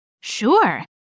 Sure